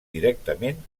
directament